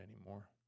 anymore